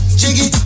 jiggy